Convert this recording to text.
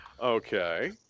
okay